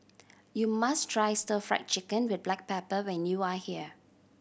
you must try Stir Fried Chicken with black pepper when you are here